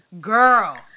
Girl